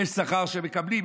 יש שכר שמקבלים,